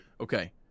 Okay